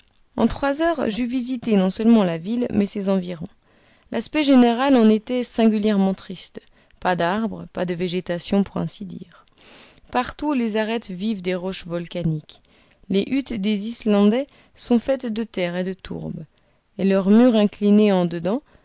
en trois heures j'eus visité non seulement la villa mais ses environs l'aspect général en était singulièrement triste pas d'arbres pas de végétation pour ainsi dire partout les arêtes vives des roches volcaniques les huttes des islandais sont faites de terre et de tourbe et leurs murs inclinés en dedans